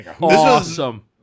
Awesome